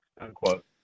unquote